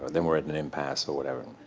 then we're at an impasse, or whatever.